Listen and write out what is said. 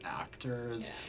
actors